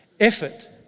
Effort